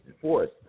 force